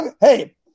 Hey